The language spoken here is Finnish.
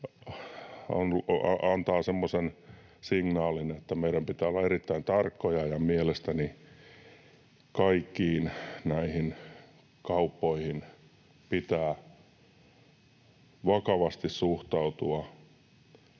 antaa semmoisen signaalin, että meidän pitää olla erittäin tarkkoja, ja mielestäni kaikkiin näihin kauppoihin pitää vakavasti suhtautua